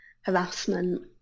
harassment